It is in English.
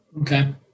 Okay